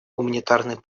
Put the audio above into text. гуманитарной